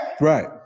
Right